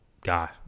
God